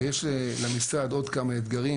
ויש למשרד עוד כמה אתגרים,